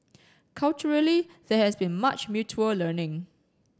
culturally there has been much mutual learning